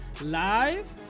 live